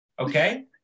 okay